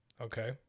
Okay